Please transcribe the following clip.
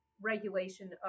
regulation